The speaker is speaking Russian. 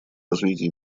развитии